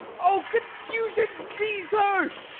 o, confusion seize her!